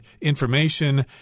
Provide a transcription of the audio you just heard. information